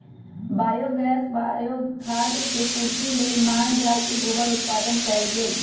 biogas, bio खाद के पूर्ति लेल माल जाल से गोबर उत्पादन कएल गेल